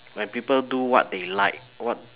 when people do what they like what